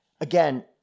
Again